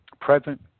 present